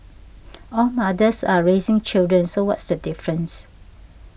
all mothers are raising children so what's the difference